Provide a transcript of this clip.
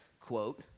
quote